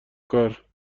کار